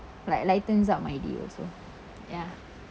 like lightens up my day also ya